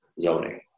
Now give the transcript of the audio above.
zoning